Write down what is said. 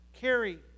carry